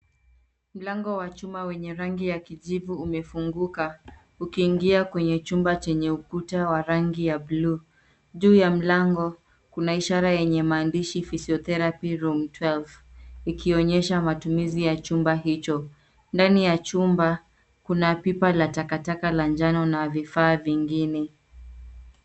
Mlango wa chuma wenye rangi ya kijivu umefunguka ukiingia kwenye chumba chenye ukuta wa rangi ya bluu. Juu ya mlango kuna ishara yenye maandishi, physiotherapy room 12 ,ikionyesha matumizi ya chumba hicho. Ndani ya chumba kuna pipa la takataka la njano na vifaa vingine.